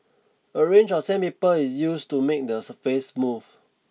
a range of sandpaper is used to make the surface smooth